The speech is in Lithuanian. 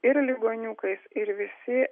ir ligoniukais ir visi